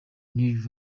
new